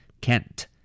Kent